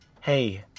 Hey